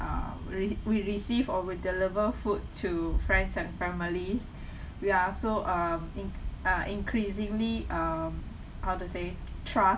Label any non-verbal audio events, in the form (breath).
we rec~ or we deliver food to friends and families (breath) we are also um in~ uh increasingly um how to say trust